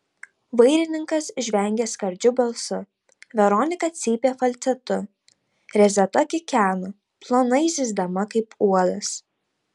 vairininkas žvengė skardžiu balsu veronika cypė falcetu rezeta kikeno plonai zyzdama kaip uodas